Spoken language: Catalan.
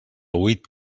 huit